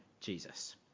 Jesus